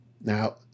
Now